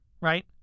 right